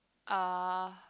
uh